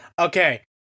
okay